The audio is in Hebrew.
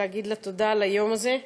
להגיד לה תודה על היום הזה.